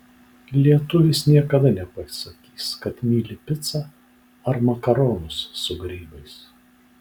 lietuvis niekada nepasakys kad myli picą ar makaronus su grybais